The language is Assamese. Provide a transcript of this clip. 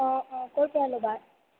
অঁ অঁ ক'ৰ পৰা ল'বা